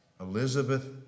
Elizabeth